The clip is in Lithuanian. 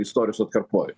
istorijos atkarpoj